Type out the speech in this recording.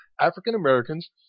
African-Americans